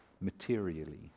materially